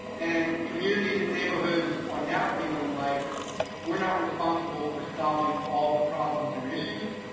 and communities and neighborhoods are now feeling like we're not responsible for solving all the problems and issues,